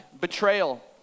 betrayal